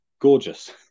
gorgeous